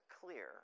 clear